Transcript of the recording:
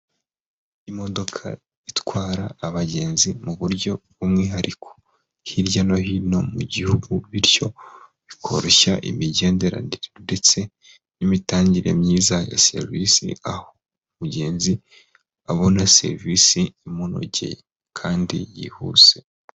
Imodoka itwara abagenzi mu buryo bw'umwihariko hirya no hino mu gihugu bityo bikoroshya imigenderanire ndetse n'imitangire myiza ya serivisi, aho umugenzi abona serivisi imunogeye kandi yihuse.